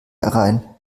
herein